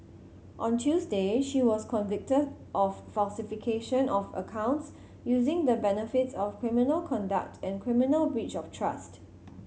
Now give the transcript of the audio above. on Tuesday she was convicted of falsification of accounts using the benefits of criminal conduct and criminal breach of trust